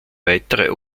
weitere